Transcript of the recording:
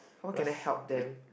what can I help them